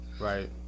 Right